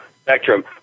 spectrum